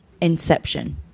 Inception